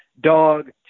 Dog